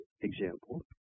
example